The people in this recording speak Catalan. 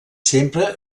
sempre